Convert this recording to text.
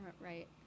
right